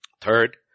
Third